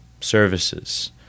services